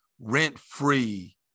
rent-free